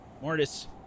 Mortis